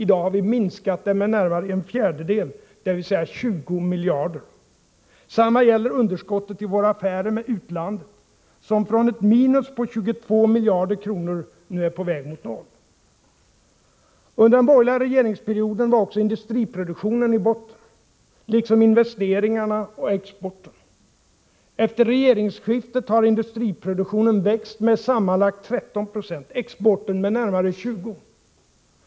I dag har vi minskat det med närmare en fjärdedel — dvs. 20 miljarder. Samma gäller underskottet i våra affärer med utlandet, som från ett minus på 22 miljarder kronor nu är på väg mot noll. o Under den borgerliga regeringsperioden var också industriproduktionen i botten, liksom investeringarna och exporten. Efter regeringsskiftet har industriproduktionen växt med sammanlagt 13 26, exporten med närmare 20.